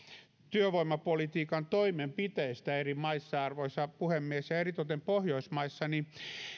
työvoimapolitiikan toimenpiteistä eri maissa arvoisa puhemies ja ja eritoten pohjoismaissa niin